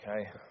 okay